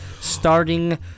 Starting